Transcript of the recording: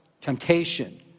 temptation